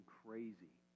crazy